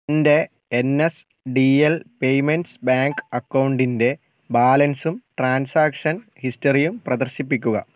എൻ്റെ N S D L payments bank അക്കൗണ്ടിൻ്റെ ബാലൻസും ട്രാൻസാക്ഷൻ ഹിസ്റ്ററിയും പ്രദർശിപ്പിക്കുക